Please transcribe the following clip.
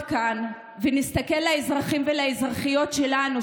כאן ונסתכל על האזרחים והאזרחיות שלנו,